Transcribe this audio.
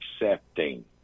accepting